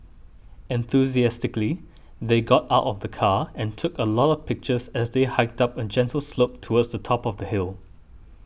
enthusiastically they got out of the car and took a lot of pictures as they hiked up a gentle slope towards the top of the hill